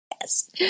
yes